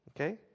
okay